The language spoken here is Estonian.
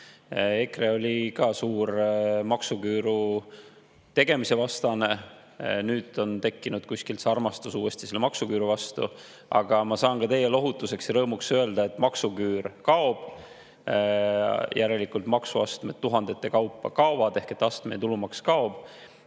EKRE oli ka suur maksuküüru tegemise vastane, nüüd on tekkinud armastus selle maksuküüru vastu. Aga ma saan ka teile lohutuseks ja rõõmuks öelda, et maksuküür kaob, järelikult maksuastmed tuhandete kaupa kaovad ehk et astmeline tulumaks kaob.